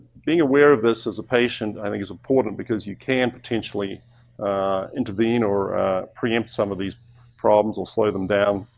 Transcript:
being aware of this as a patient i think is important because you can potentially intervene or preempt some of these problems will slow them down.